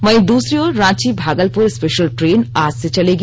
वहीं दूसरी ओर रांची भागलपुर र्स्ये ाल ट्रेन आज से चलेगी